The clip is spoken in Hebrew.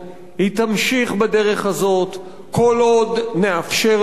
היא תמשיך בדרך הזאת, כל עוד נאפשר לה.